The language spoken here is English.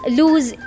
lose